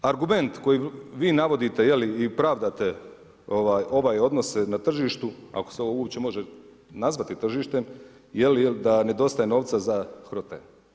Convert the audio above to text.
Argument koji vi navodite i pravdate ove odnose na tržištu, ako se ovo uopće može nazvati tržištem da nedostaje novca za HROTE.